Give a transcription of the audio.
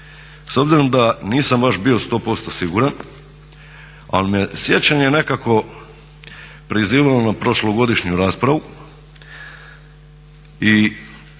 S obzirom da nisam baš bio 100% siguran ali me sjećanje nekako prizivalo na prošlogodišnju raspravu i